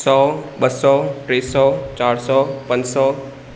सौ ॿ सौ टे सौ चारि सौ पंज सौ